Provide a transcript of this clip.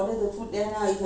not maha right